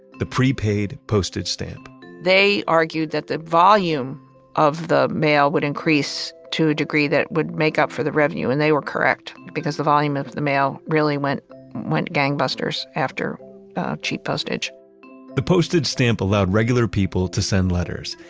the prepaid postage stamp they argued that the volume of the mail would increase to a degree that would make up for the revenue and they were correct. because the volume of the mail really went went gangbusters after a cheap postage the postage stamp allowed regular people to send letters.